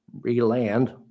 re-land